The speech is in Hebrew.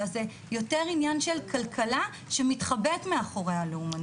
אלא זה יותר עניין של כלכלה שמתחבאת מאחוריה לאומנות.